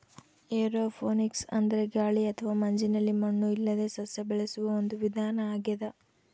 aeroponics ಅಂದ್ರೆ ಗಾಳಿ ಅಥವಾ ಮಂಜಿನಲ್ಲಿ ಮಣ್ಣು ಇಲ್ಲದೇ ಸಸ್ಯ ಬೆಳೆಸುವ ಒಂದು ವಿಧಾನ ಆಗ್ಯಾದ